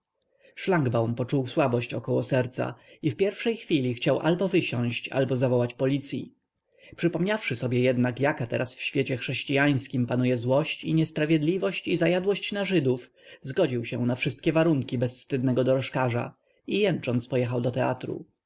kursie szlangbaum poczuł słabość około serca i w pierwszej chwili chciał albo wysiąść albo zawołać policyi przypomniawszy sobie jednak jaka teraz w świecie chrześciańskim panuje złość i niesprawiedliwość i zajadłość na żydów zgodził się na wszystkie warunki bezwstydnego dorożkarza i jęcząc pojechał do teatru